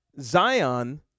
zion